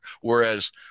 whereas